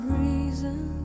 reason